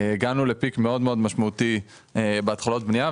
הגענו לפיק מאוד משמעותי בהתחלות בניה,